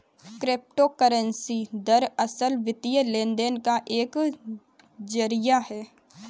crypto currency दरअसल, वित्तीय लेन देन का एक जरिया है